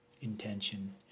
intention